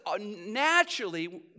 naturally